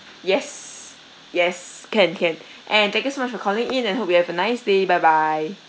yes yes can can and thank you so much for calling in and hope you have a nice day bye bye